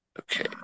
Okay